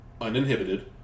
uninhibited